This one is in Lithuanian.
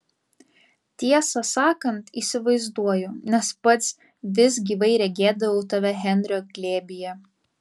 tiesą sakant įsivaizduoju nes pats vis gyvai regėdavau tave henrio glėbyje